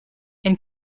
and